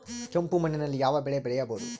ಕೆಂಪು ಮಣ್ಣಿನಲ್ಲಿ ಯಾವ ಬೆಳೆ ಬೆಳೆಯಬಹುದು?